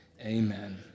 Amen